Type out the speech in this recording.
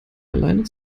allein